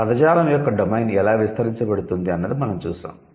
పదజాలం యొక్క డొమైన్ ఎలా విస్తరించబడుతుంది అన్నది మనం చూసాం